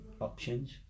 options